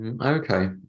Okay